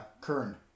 Kern